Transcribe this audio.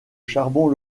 charbon